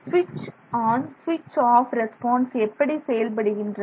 ஸ்விட்ச் ஆன் ஸ்விட்ச் of response எப்படி செயல்படுகின்றன